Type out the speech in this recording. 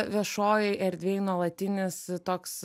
viešojoj erdvėj nuolatinis toks